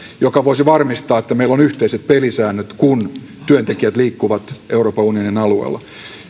joka voisi varmistaa että meillä on yhteiset pelisäännöt kun työntekijät liikkuvat euroopan unionin alueella